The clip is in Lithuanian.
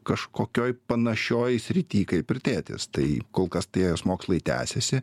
kažkokioj panašioj srity kaip ir tėtis tai kol kas tie jos mokslai tęsiasi